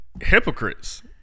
Hypocrites